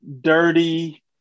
dirty